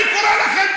אני קורא לכם,